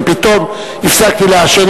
ופתאום הפסקתי לעשן,